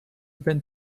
been